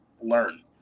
learn